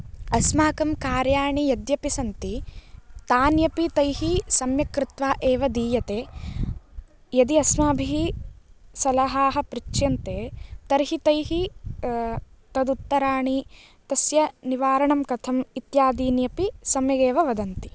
अस्माकं कार्याणि यद्यपि सन्ति तान्यपि तैः सम्यक्कृत्वा एव दीयते यदि अस्माभिः सलहाः पृच्छ्यन्ते तर्हि तैः तदुत्तराणि तस्य निवारणं कथम् इत्यपि सम्यगेव वदन्ति